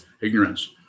ignorance